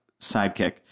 Sidekick